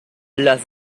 las